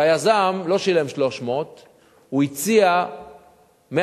והיזם לא שילם 300,000, הוא הציע 180,000,